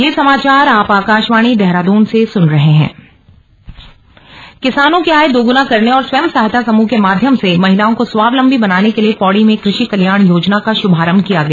कृषि योजना किसानों की आय दोगुना करने और स्वयं सहायता समूह के माध्यम से महिलाओं को स्वावलम्बी बनाने के लिए पौड़ी में कृषि कल्याण योजना का शुभारंभ किया गया